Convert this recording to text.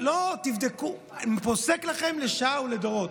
תבדקו, פוסק לכם לשעה ולדורות.